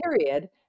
period